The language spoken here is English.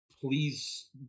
please